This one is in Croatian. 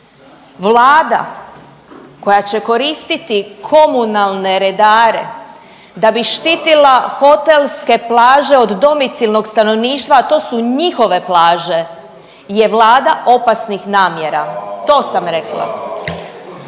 Vlada koja će koristiti komunalne redare da bi štitila hotelske plaže od domicilnog stanovništva, a to su njihove plaže je vlada opasnih namjera, to sam rekla.